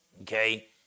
Okay